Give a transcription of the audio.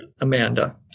Amanda